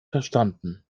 verstanden